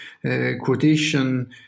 quotation